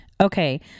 okay